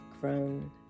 grown